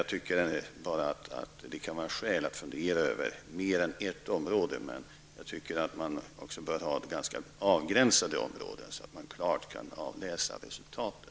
Jag tycker bara att det kan vara skäl att fundera över mer än ett område. Jag anser också att försöksområdena bör vara ganska avgränsade, så att man klart kan avläsa resultaten.